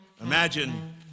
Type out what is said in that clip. Imagine